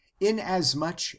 inasmuch